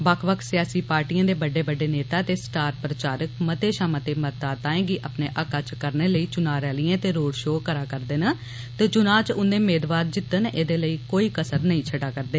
बक्ख बक्ख सियासी पार्टिएं दे बड्डे बड्डे नेता ते स्टार प्रचारक मते षा मते मतदाताएं गी अपने हक्कै च करने लेई चुनां रैलियां ते रोड़ षो करै करदे न ते चुनां च उन्दे मेदवार जित्तन एह्दे लेई कोई कसर नेई न छुड़ा'रदे